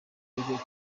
igitego